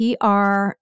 PR